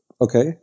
Okay